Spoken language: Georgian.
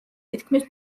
თითქმის